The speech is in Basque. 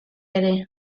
ere